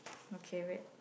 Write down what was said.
okay wait